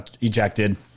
ejected